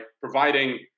providing